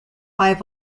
high